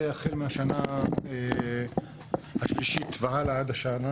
והחל מהשנה השלישית והלאה עד השנה